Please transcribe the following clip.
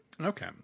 okay